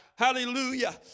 Hallelujah